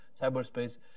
cyberspace